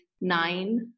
nine